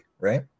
right